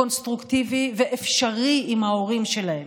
קונסטרוקטיבי ואפשרי עם ההורים שלהם.